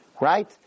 right